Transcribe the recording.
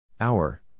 Hour